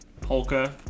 polka